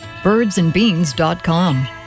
Birdsandbeans.com